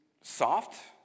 soft